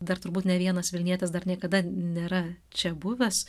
dar turbūt ne vienas vilnietis dar niekada nėra čia buvęs